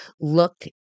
look